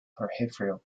peripheral